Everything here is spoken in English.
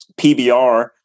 PBR